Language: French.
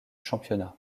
championnat